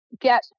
get